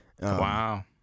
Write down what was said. Wow